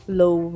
low